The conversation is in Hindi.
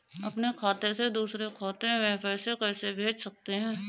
अपने खाते से दूसरे खाते में पैसे कैसे भेज सकते हैं?